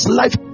life